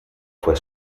fue